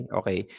okay